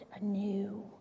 anew